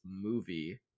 movie